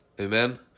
Amen